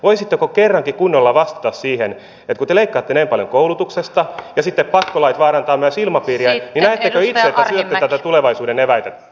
voisitteko kerrankin kunnolla vastata siihen että kun te leikkaatte näin paljon koulutuksesta ja sitten pakkolait vaarantavat myös ilmapiiriä niin näettekö itse että te syötte näitä tulevaisuuden eväitä